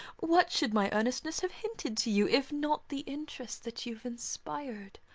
what should my earnestness have hinted to you if not the interest that you've inspired,